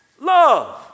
love